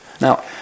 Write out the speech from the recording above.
Now